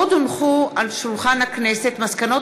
עוד הונחו היום על שולחן הכנסת מסקנות